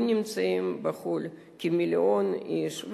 אם בחו"ל נמצאים כמיליון איש,